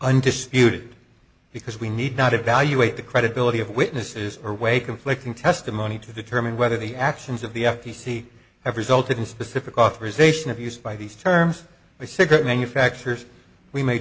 undisputed because we need not evaluate the credibility of witnesses or way conflicting testimony to determine whether the actions of the f t c have resulted in specific authorization of used by these terms the cigarette manufacturers we ma